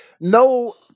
No